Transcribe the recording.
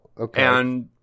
okay